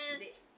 Yes